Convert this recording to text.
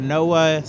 Noah